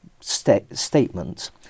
statement